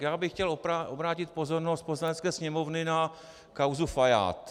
Já bych chtěl obrátit pozornost Poslanecké sněmovny na kauzu Fajád.